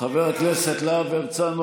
חבר הכנסת להב הרצנו,